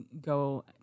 go